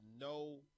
no